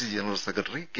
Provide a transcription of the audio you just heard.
C general secretary K